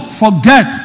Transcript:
forget